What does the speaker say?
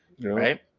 Right